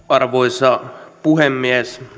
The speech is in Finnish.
arvoisa puhemies